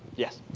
yes?